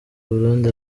burundi